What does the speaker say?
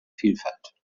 vielfalt